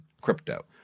crypto